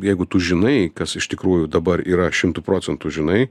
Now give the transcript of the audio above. jeigu tu žinai kas iš tikrųjų dabar yra šimtu procentų žinai